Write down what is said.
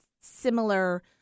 similar